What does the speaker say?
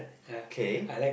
okay